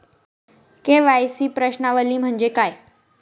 KYC प्रश्नावली म्हणजे काय?